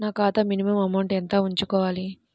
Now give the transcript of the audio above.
నా ఖాతా minimum amount ఎంత ఉంచుకోవాలి?